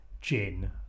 gin